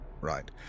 Right